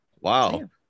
Wow